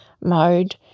mode